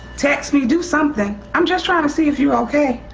text me, do something. i'm just trying to see if you okay.